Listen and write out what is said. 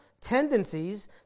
tendencies